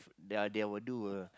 they are they will do a